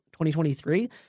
2023